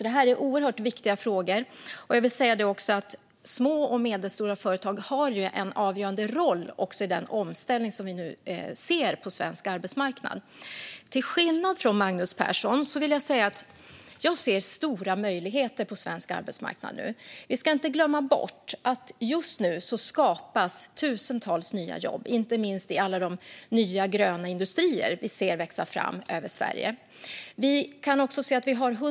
Det här är oerhört viktiga frågor. Små och medelstora företag har en avgörande roll i omställningen på svensk arbetsmarknad. Till skillnad från Magnus Persson ser jag stora möjligheter på svensk arbetsmarknad. Vi ska inte glömma bort att det just nu skapas tusentals nya jobb, inte minst i alla de nya gröna industrier som växer fram runt om i Sverige.